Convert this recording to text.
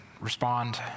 respond